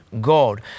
God